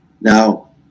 Now